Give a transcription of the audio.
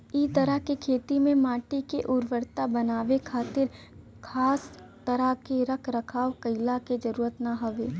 इ तरह के खेती में माटी के उर्वरता बनावे खातिर खास तरह के रख रखाव कईला के जरुरत ना हवे